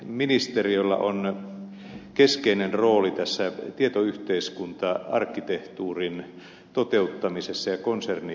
valtiovarainministeriöllä on keskeinen rooli tietoyhteiskunta arkkitehtuurin toteuttamisessa ja konserniohjauksessa